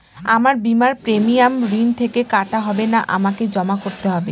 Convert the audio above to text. আমার বিমার প্রিমিয়াম ঋণ থেকে কাটা হবে না আমাকে জমা করতে হবে?